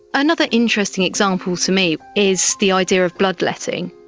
another interesting example to me is the idea of bloodletting.